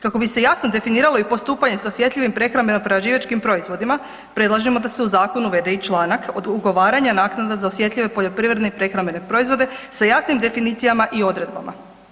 Kako bi se jasno definiralo i postupanje sa osjetljivim prehrambeno-prerađivačkim proizvodima predlažemo da se u zakon uvede i članak od ugovaranja naknada za osjetljive poljoprivredne i prehrambene proizvode sa jasnim definicijama i odredbama.